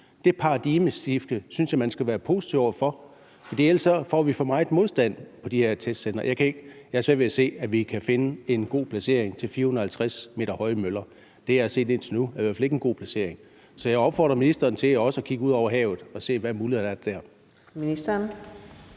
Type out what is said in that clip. Det paradigmeskifte synes jeg man skal være positiv over for, for ellers får vi for meget modstand mod de her testcentre. Jeg har svært ved at se, at vi kan finde en god placering til 450 m høje møller. Det, jeg har set indtil nu, er i hvert fald ikke en god placering. Så jeg opfordrer ministeren til også at kigge ud over havet og se, hvilke muligheder der